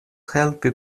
helpi